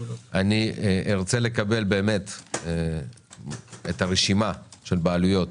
ארצה לקבל את הרשימה של בעלויות